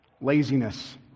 laziness